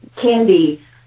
candy